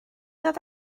ddod